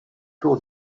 tour